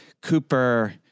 Cooper